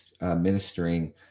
ministering